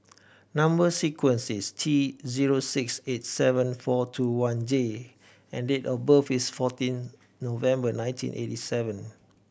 number sequence is T zero six eight seven four two one J and date of birth is fourteen November nineteen eighty seven